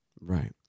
right